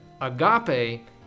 agape